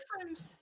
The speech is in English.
friends